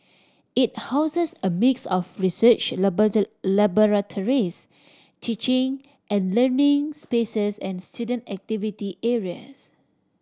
it houses a mix of research laboratories teaching and learning spaces and student activity areas